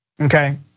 okay